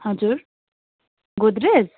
हजुर गोद्रेज